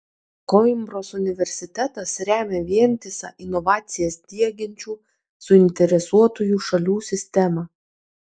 koimbros universitetas remia vientisą inovacijas diegiančių suinteresuotųjų šalių sistemą